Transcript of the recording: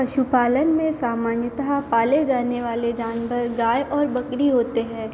पशुपालन में सामान्यतः पाले जाने वाले जानवर गाय और बकरी होते हैं